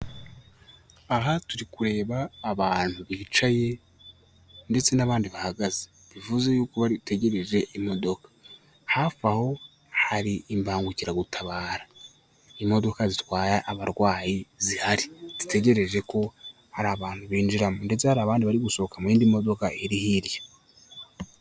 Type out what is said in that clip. Aha turi kureba abantu bicaye ndetse n'abandi bahagaze, bivuze yuko bategereje imodoka, hafi aho hari imbangukiragutabara imodoka zitwaye abarwayi zihari, zitegereje ko hari abantu binjiramo, ndetse hari abandi bari gusohoka mu yindi modoka iri hirya.